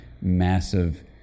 massive